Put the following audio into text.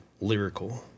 lyrical